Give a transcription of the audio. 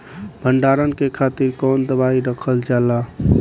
भंडारन के खातीर कौन दवाई रखल जाला?